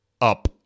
up